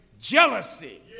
jealousy